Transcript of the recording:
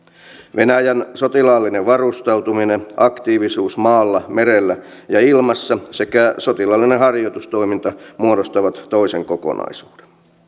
venäjän sotilaallinen varustautuminen aktiivisuus maalla merellä ja ilmassa sekä sotilaallinen harjoitustoiminta muodostavat toisen kokonaisuuden